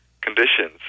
conditions